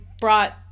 brought